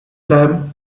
bleiben